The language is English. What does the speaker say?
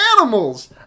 animals